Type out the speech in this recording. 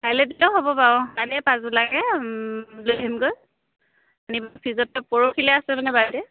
কাইলৈ দিলেও হ'ব বাৰু কাইলৈ পাছবেলাকে লৈ আহিমগৈ আনি ফ্ৰিজত থৈ পৰহিলৈ আছে মানে বাৰ্থদে